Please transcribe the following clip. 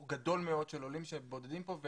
גדול מאוד של עולים שהם בודדים פה.